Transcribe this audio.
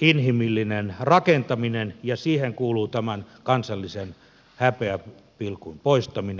inhimillinen rakentaminen ja siihen kuuluu tämän kansallisen häpeäpilkun poistaminen